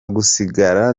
gusigara